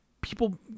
people